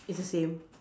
it's the same